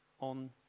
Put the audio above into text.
on